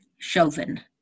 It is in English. Chauvin